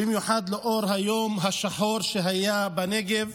במיוחד לנוכח היום השחור שהיה בנגב,